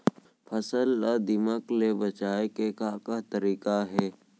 फसल ला दीमक ले बचाये के का का तरीका हे?